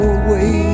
away